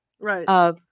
Right